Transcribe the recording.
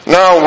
Now